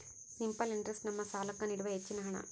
simple interest ನಮ್ಮ ಸಾಲ್ಲಾಕ್ಕ ನೀಡುವ ಹೆಚ್ಚಿನ ಹಣ್ಣ